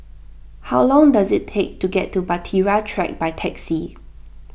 how long does it take to get to Bahtera Track by taxi